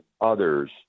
others